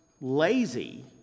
lazy